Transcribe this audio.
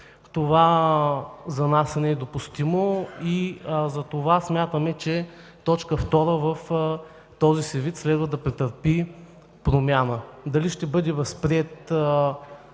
Това за нас е недопустимо. Затова смятаме, че т. 2 в този си вид следва да претърпи промяна. Дали ще бъде възприет